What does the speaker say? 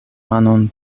manon